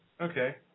Okay